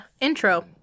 intro